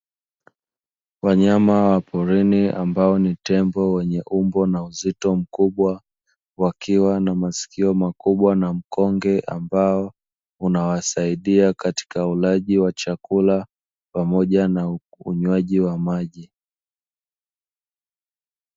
Wanyama wa porini, ambao ni tembo wenye umbo na uzito mkubwa, wakiwa na masikio makubwa na mkonge ambao unaowasaidia katika ulaji wa chakula pamoja na unywaji wa maji.